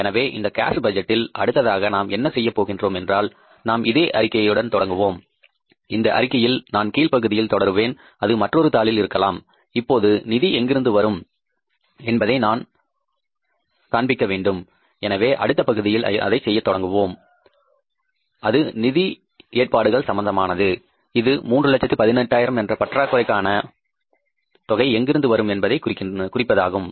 எனவே இந்த கேஸ் பட்ஜெட்டில் அடுத்ததாக நாம் என்ன செய்யப் போகின்றோம் என்றால் நாம் இதே அறிக்கையுடன் தொடருவோம் இந்த அறிக்கையில் நான் கீழ் பகுதியில் தொடருவேன் அது மற்றொரு தாளில் இருக்கலாம் இப்போது நிதி எங்கிருந்து வரும் என்பதை இங்கே நாம் காண்பிக்க வேண்டும் எனவே அடுத்த பகுதியில் அதைச் செய்யத் தொடங்குவோம் அது நிதி ஏற்பாடுகள் சம்பந்தமானது இது 318000 என்ற பற்றாக்குறைக்கான தொகை எங்கிருந்து வரும் என்பதை குறிப்பதாகும்